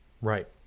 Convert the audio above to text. Right